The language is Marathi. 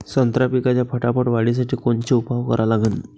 संत्रा पिकाच्या फटाफट वाढीसाठी कोनचे उपाव करा लागन?